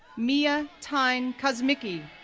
mia tyne kosmicki,